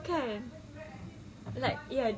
kan like ya